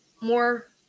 more